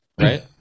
right